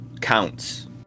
counts